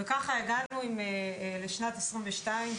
וככה הגענו לשנת 2022,